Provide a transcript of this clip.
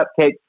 Cupcake –